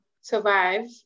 survive